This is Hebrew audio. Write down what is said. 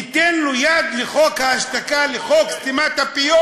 ניתן לו יד לחוק ההשתקה, לחוק סתימת הפיות?